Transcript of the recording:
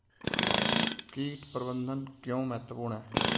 कीट प्रबंधन क्यों महत्वपूर्ण है?